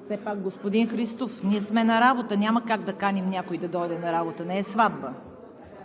все пак, господин Христов, ние сме на работа. Няма как да каним някой да дойде на работа. Не е сватба.